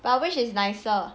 but when which is nicer